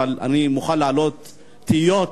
אבל אני מוכן להעלות תהיות,